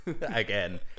Again